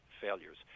failures